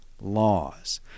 laws